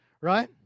right